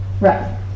Right